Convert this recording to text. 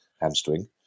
hamstring